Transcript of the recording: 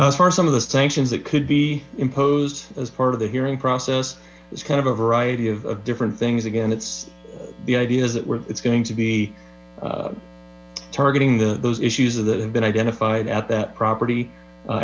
as far as some of the sanctions that could be imposed as part of the hearing process it's kind of a variety of different things again it's the idea that it's going to be targeting those issues that have been identified at that property